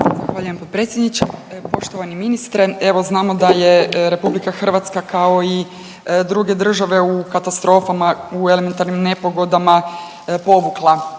Zahvaljujem potpredsjedniče. Poštovani ministre, evo znamo da je RH kao i druge države u katastrofama u elementarnim nepogodama povukla